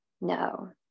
no